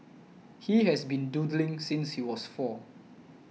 he has been doodling since he was four